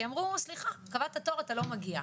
כי אמרו 'סליחה, קבעת תור ואתה לא מגיע',